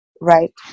right